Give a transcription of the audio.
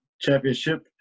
championship